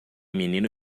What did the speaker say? menino